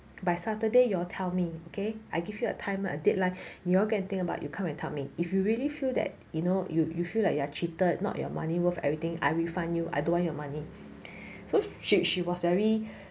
by saturday y'all tell me okay I give you a time a deadline you all go and think about you come and tell me if you really feel that you know you you feel like you are cheated not your money worth everything I refund you I don't want your money so she she was very